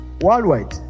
worldwide